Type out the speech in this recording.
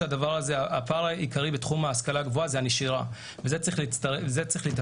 הפער העיקרי בתחום ההשכלה הגבוהה הוא הנשירה ובזה צריך לטפל.